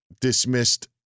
dismissed